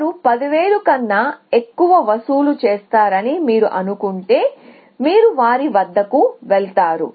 వారు 10000 కన్నా ఎక్కువ వసూలు చేస్తారని మీరు అనుకుంటే మీరు వారి వద్దకు వెళతారు